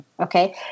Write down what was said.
Okay